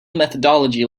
methodology